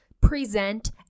present